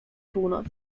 północ